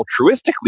altruistically